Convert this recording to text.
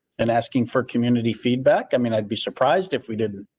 and asking for community feedback, i mean, i'd be surprised if we didn't.